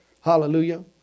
Hallelujah